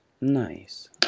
Nice